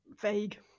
vague